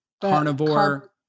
carnivore